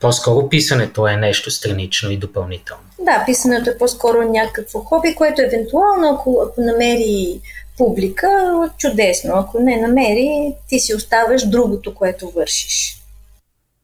По-скоро писането е нещо странично и допълнително. Да, писането е по-скоро някакво хоби, което евентуално, ако- ако намери публика, чудесно, ако не намери, ти си оставаш другото, което вършиш.